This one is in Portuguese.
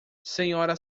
sra